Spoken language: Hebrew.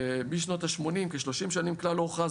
ומשנות השמונים כ-30 שנים כלל לא הוכרז